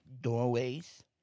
doorways